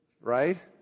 right